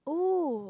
oh